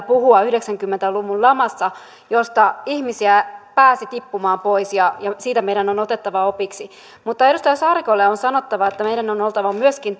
puhua yhdeksänkymmentä luvun lamasta jolloin ihmisiä pääsi tippumaan pois ja ja siitä meidän on otettava opiksi mutta edustaja saarikolle on sanottava että meidän on oltava myöskin